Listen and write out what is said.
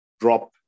drop